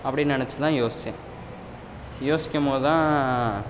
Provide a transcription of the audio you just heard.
அப்படின்னு நினச்சுதான் யோஸ்சேன் யோசிக்கும் போது தான்